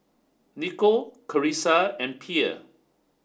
Niko Carissa and Pierre